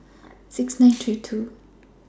six nine three two